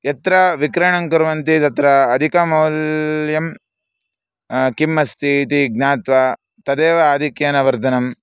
यत्र विक्रयणं कुर्वन्ति तत्र अधिकमौल्यं किम् अस्ति इति ज्ञात्वा तदेव आधिक्येन वर्धनम्